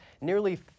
nearly